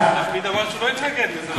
שהוא לא התנגד לזה.